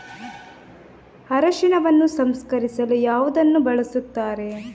ಅರಿಶಿನವನ್ನು ಸಂಸ್ಕರಿಸಲು ಯಾವುದನ್ನು ಬಳಸುತ್ತಾರೆ?